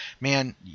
man